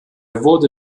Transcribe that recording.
wurde